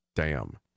Damn